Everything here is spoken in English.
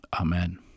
Amen